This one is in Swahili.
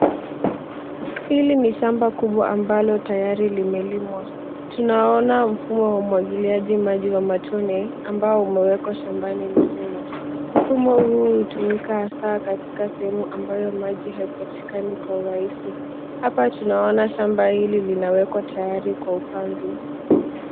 Hili ni shamba kubwa ambalo tayari limelimwa, tunaona mfumo wa umwagiliaji maji wa matone, ambao umewekwa shambani mzima. Mfumo huu hutumika hasa katika sehemu ambayo maji haipatikani kwa urahisi. Hapa tunaona shamba hili linawekwa tayari kwa upanzi.